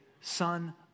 son